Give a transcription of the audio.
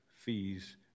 fees